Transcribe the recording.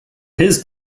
his